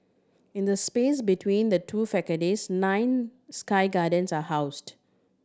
in the space between the two facades nine sky gardens are housed